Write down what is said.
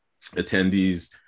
attendees